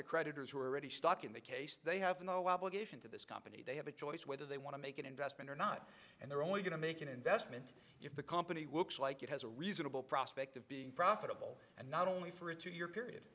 the creditors who are already stuck in that case they have no obligation to this company they have a choice whether they want to make an investment or not and they're only going to make an investment if the company works like it has a reasonable prospect of being profitable and not only for a two year period